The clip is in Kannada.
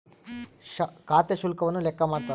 ಖಾತೆ ಶುಲ್ಕವನ್ನು ಲೆಕ್ಕ ಮಾಡ್ತಾರ